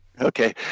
Okay